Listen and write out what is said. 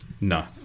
No